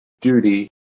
duty